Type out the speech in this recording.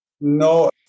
No